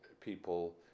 people